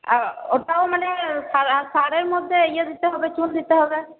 ও ওটাও মানে সারের মধ্যে ইয়ে দিতে হবে চুন দিতে হবে